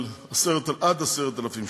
על עד 10,000 שקל.